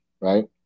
right